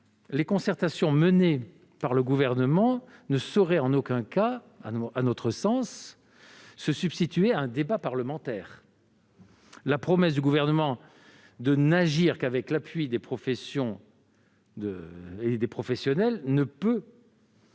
les concertations menées par le Gouvernement ne sauraient en aucun cas, à notre sens, se substituer à un débat parlementaire. La promesse du Gouvernement de n'agir qu'avec l'appui des professionnels ne peut pas